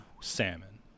salmon